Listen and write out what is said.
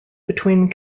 between